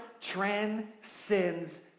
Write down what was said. transcends